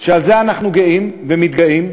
ובזה אנחנו גאים ומתגאים,